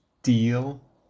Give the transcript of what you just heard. Deal